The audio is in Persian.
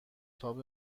تاپ